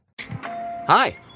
Hi